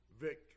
victory